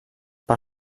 per